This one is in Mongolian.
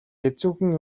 хэцүүхэн